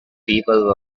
people